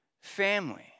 family